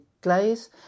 glaze